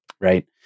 Right